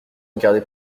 regarder